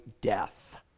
death